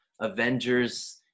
Avengers